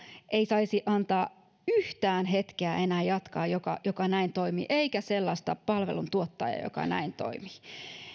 ei saisi antaa yhtään hetkeä enää jatkaa joka joka näin toimii eikä sellaisen palveluntuottajan joka näin